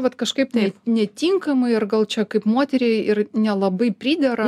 vat kažkaip tai netinkamai ir gal čia kaip moteriai ir nelabai pridera